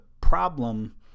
problem